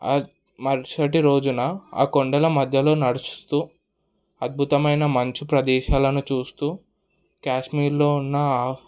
మరుసటి రోజున ఆ కొండల మధ్యలో నడుస్తూ అద్భుతమైన మంచు ప్రదేశాలను చూస్తూ కాశ్మీర్లో ఉన్న